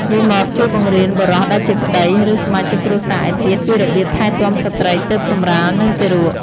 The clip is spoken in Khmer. យាយម៉បជួយបង្រៀនបុរសដែលជាប្ដី ឬ សមាជិកគ្រួសារឯទៀតពីរបៀបថែទាំស្ត្រីទើបសម្រាល និងទារក។